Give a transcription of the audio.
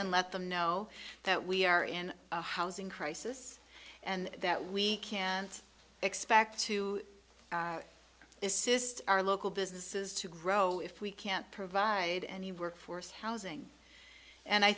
and let them know that we are in a housing crisis and that we can't expect to assist our local businesses to grow if we can't provide any workforce housing and i